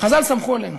חז"ל סמכו עלינו.